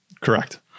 Correct